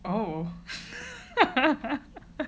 oh